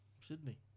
Sydney